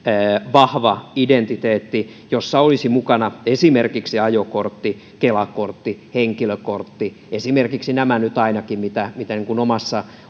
vahva identiteetti jossa olisi mukana esimerkiksi ajokortti kela kortti henkilökortti esimerkiksi nyt ainakin nämä mitä omassa